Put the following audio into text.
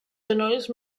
genolls